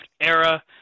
era